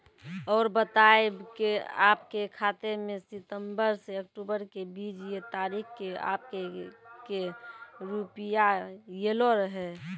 और बतायब के आपके खाते मे सितंबर से अक्टूबर के बीज ये तारीख के आपके के रुपिया येलो रहे?